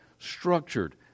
structured